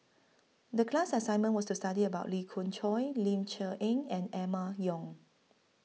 The class assignment was to study about Lee Khoon Choy Ling Cher Eng and Emma Yong